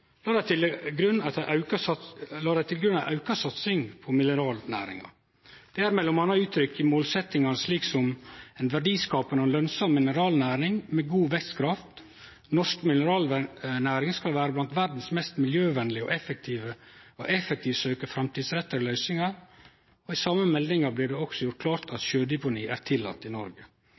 la dei til grunn ei auka satsing på mineralnæringa. Det er m.a. uttrykt ved følgjande målsetjingar: «En verdiskapende og lønnsom mineralnæring med god vekstkraft.» Og vidare: «Norsk mineralnæring skal være blant verdens mest miljøvennlige og aktivt søke fremtidsrettede løsninger.» I same meldinga blir det også gjort klart at sjødeponi er tillate i